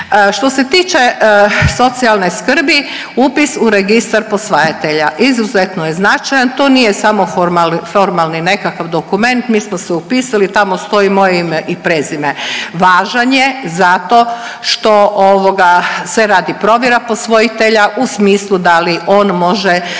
Što se tiče socijalne skrbi upis u Registar posvajatelja izuzetno je značajan. To nije samo formalni nekakav dokument. Mi smo se upisali, tamo stoji moje ime i prezime. Važan je zato što se radi provjera posvojitelja u smislu da li on može